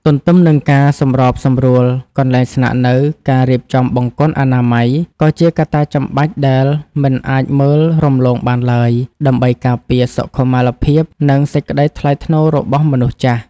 ទន្ទឹមនឹងការសម្របសម្រួលកន្លែងស្នាក់នៅ ការរៀបចំបង្គន់អនាម័យ ក៏ជាកត្តាចាំបាច់ដែលមិនអាចមើលរំលងបានឡើយ ដើម្បីការពារសុខុមាលភាព និងសេចក្តីថ្លៃថ្នូររបស់មនុស្សចាស់។